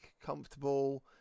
comfortable